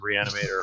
Reanimator